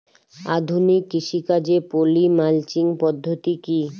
আধুনিক কৃষিকাজে poly mulching পদ্ধতি কি?